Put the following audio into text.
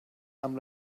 amb